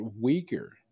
weaker